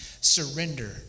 Surrender